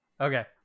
Okay